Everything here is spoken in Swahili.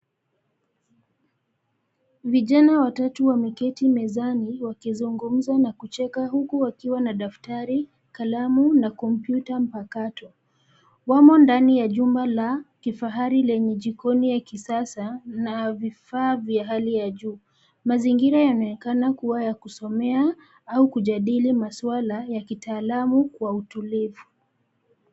Vijana watatu wameketi mezani wakizungumza na kucheka huku wakiwa na daftari, kalamu na kompyuta mpakato. Wamo ndani ya jumba la kifahari lenye jikoni ya kisasa na vifaa vya hali ya juu. Mazingira yanaonekana kuwa ya kusomea au kujadili maswala ya kitaalamu kwa utulivu.